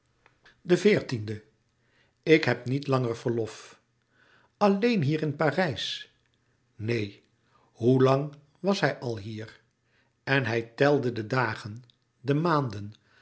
den veertiende ik heb niet langer verlof alleen hier in parijs neen hoe lang was hij al hier en hij telde de dagen de maanden